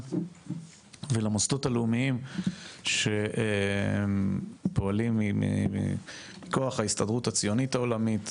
ולמוסדות הלאומיים שפועלים מכוח ההסתדרות הציונית העולמית,